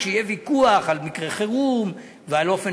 כשיהיה ויכוח על מקרה חירום ועל אופן